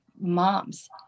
moms